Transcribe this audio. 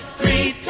three